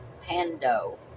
pando